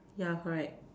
ya correct